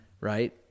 right